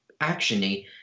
action-y